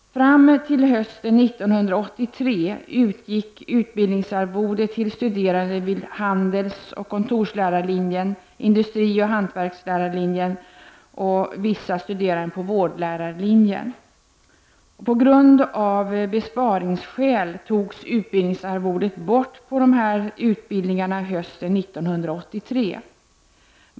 Fram till hösten 1983 utgick utbildningsarvode till studerande vid handelsoch kontorslärarlinjen och vid industrioch hantverkslärarlinjen samt till vissa studerande på vårdlärarlinjen. Av besparingsskäl togs utbildningsarvodet bort vid dessa utbildningar hösten 1983.